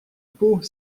pot